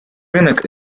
рынок